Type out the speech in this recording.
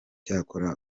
cyakora